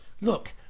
Look